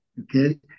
Okay